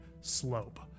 slope